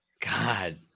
God